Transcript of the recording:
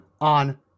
on